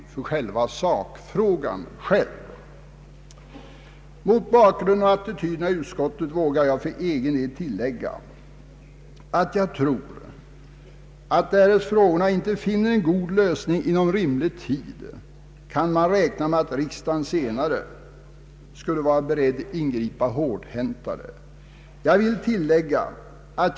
Mot bakgrunden av attityderna i utskottet vågar jag för egen del tillägga att jag tror att man, därest frågorna inte finner en god lösning inom rimlig tid, kan räkna med att riksdagen senare skall vara beredd att ingripa mera Om åtgärder mot könsdiskriminering hårdhänt.